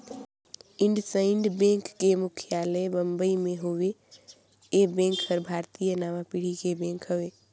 IndusInd bank के मुख्यालय बंबई मे हेवे, ये बेंक हर भारतीय नांवा पीढ़ी के बेंक हवे